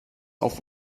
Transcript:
auf